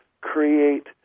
create